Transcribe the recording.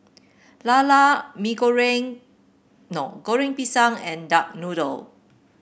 lala no Goreng Pisang and Duck Noodle